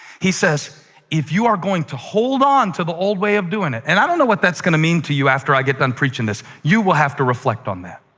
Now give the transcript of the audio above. he says if you are going to hold on to the old way of doing it, and i don't know what that's going to mean to you after i get done preaching this. you will have to reflect on that.